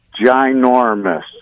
ginormous